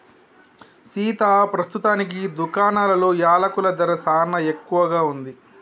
సీతా పస్తుతానికి దుకాణాలలో యలకుల ధర సానా ఎక్కువగా ఉంది